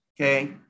Okay